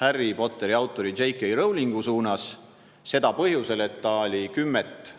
Harry Potteri autori J. K. Rowlingu pihta. Seda põhjusel, et ta oli kümmet